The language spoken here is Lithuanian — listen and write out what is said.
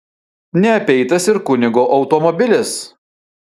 neapeitas ir kunigo automobilis